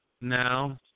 Now